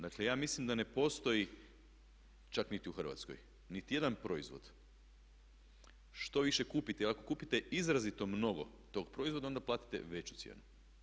Dakle ja mislim da ne postoji čak niti u Hrvatskoj niti jedan proizvod, što više kupite ili ako kupite izrazito mnogo tog proizvoda onda platite veću cijenu.